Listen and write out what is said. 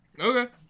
Okay